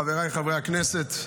חבריי חברי הכנסת,